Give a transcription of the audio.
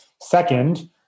Second